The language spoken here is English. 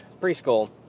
preschool